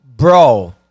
Bro